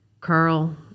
Carl